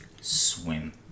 swim